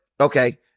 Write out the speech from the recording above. okay